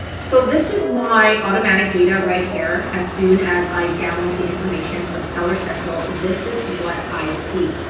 so this is my automatic data right here. as soon as i download the information from seller central, this is what i see.